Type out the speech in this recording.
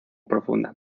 profunda